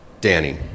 Danny